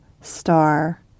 star